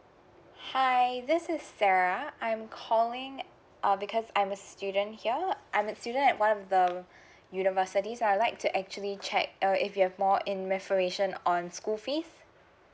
hi this is sarah I'm calling um because I'm a student here I'm a student at one of the universities I would like to actually check uh if you have more in referential on school fees